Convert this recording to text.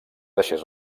deixés